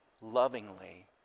lovingly